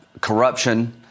corruption